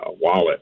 wallet